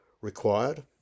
required